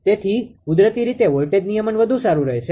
તેથી કુદરતી રીતે વોલ્ટેજ નિયમન વધુ સારું રહેશે